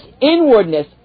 inwardness